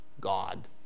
God